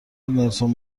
نلسون